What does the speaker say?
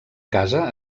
casa